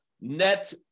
net